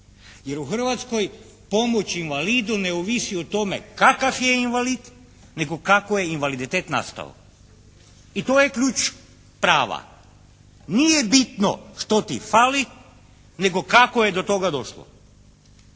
Jer u Hrvatskoj pomoć invalidu ne ovisi o tome kakav je invalid, nego kako je invaliditet nastao. I to je ključ prava. Nije bitno što ti fali, nego kako je do toga došlo.